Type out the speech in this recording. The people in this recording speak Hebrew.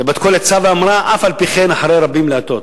ובת קול יצאה ואמרה: אף-על-פי-כן אחרי רבים להטות.